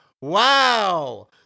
Wow